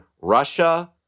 Russia